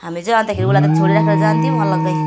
हामी चाहिँ अन्तखेरि उसलाई त छोडिराखेर जान्थ्यौँ अलग्गै